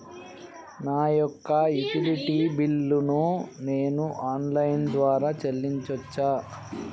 నా యొక్క utility bill ను నేను ఆన్ లైన్ ద్వారా చెల్లించొచ్చా?